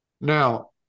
Now